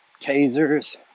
tasers